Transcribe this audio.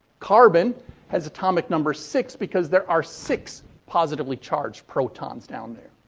carbon has atomic number six because there are six positively charged protons down there.